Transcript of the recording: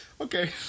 Okay